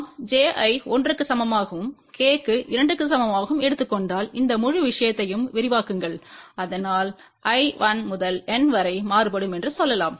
நாம் j ஐ 1 க்கு சமமாகவும் k க்கு 2 க்கு சமமாகவும் எடுத்துக் கொண்டால் இந்த முழு விஷயத்தையும் விரிவாக்குங்கள் அதனால் i 1 முதல் N வரை மாறுபடும் என்று சொல்லலாம்